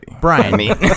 Brian